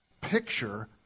picture